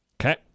Okay